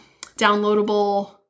downloadable